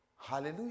Hallelujah